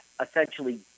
essentially